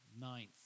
ninth